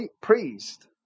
priest